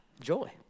joy